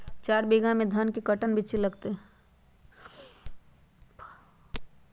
चार बीघा में धन के कर्टन बिच्ची लगतै?